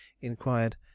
inquired